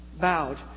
bowed